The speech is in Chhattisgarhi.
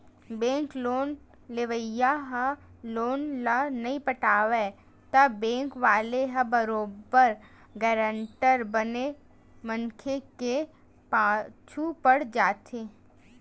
बेंक लोन लेवइया ह लोन ल नइ पटावय त बेंक वाले ह बरोबर गारंटर बने मनखे के पाछू पड़ जाथे